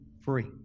free